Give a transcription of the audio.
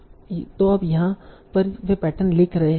तो अब यहाँ पर वे पैटर्न लिख रहे थे